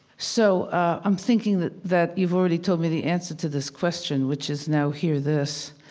so i'm thinking that that you've already told me the answer to this question, which is now. here. this.